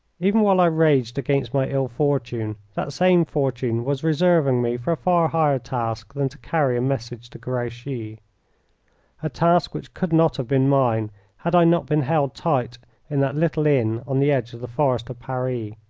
even while i raged against my ill-fortune, that same fortune was reserving me for a far higher task than to carry a message to grouchy a task which could not have been mine had i not been held tight in that little inn on the edge of the forest of paris.